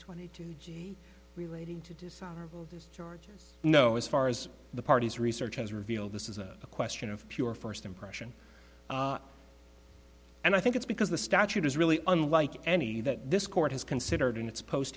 twenty two relating to dishonorable discharge no as far as the parties research has revealed this is a question of pure first impression and i think it's because the statute is really unlike any that this court has considered in its post